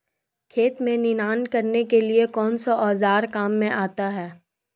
खेत में निनाण करने के लिए कौनसा औज़ार काम में आता है?